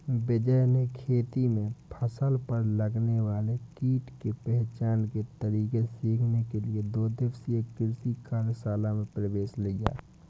विजय ने खेती में फसल पर लगने वाले कीट के पहचान के तरीके सीखने के लिए दो दिवसीय कृषि कार्यशाला में प्रवेश लिया